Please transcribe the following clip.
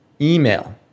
Email